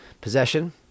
Possession